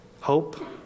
Hope